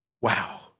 Wow